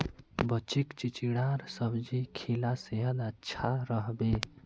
बच्चीक चिचिण्डार सब्जी खिला सेहद अच्छा रह बे